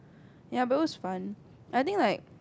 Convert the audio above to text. ye but it was fun I think like